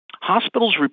Hospitals